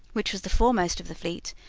which was the foremost of the fleet,